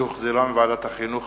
שהחזירה ועדת החינוך,